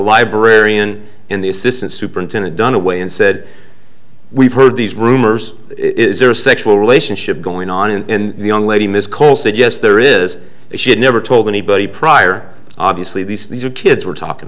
librarian in the assistant superintendent dunaway and said we've heard these rumors is there a sexual relationship going on in the young lady miss cole said yes there is she had never told anybody prior obviously this these are kids we're talking